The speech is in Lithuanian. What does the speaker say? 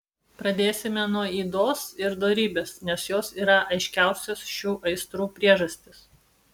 pradėsime nuo ydos ir dorybės nes jos yra aiškiausios šių aistrų priežastys